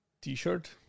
t-shirt